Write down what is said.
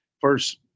first